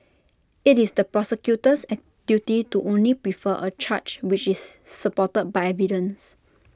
IT is the prosecutor's duty to only prefer A charge which is supported by evidence